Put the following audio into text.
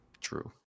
True